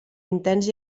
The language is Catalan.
intens